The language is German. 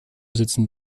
sitzen